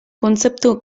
kontzeptu